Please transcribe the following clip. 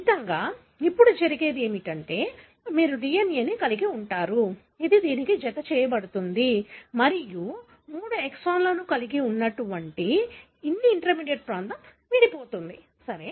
ఫలితంగా ఇప్పుడు జరిగేది ఏమిటంటే మీరు DNA కలిగి ఉంటారు ఇది దీనికి జతచేయబడుతుంది మరియు మూడు ఎక్సోన్లను కలిగి ఉన్న అన్ని ఇంటర్మీడియట్ ప్రాంతం విడిపోతుంది సరే